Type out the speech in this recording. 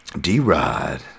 D-Rod